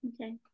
Okay